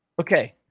Okay